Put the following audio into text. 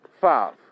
five